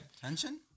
Tension